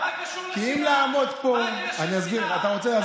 כי אם לעמוד פה, אני אסביר לך.